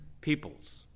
peoples